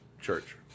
church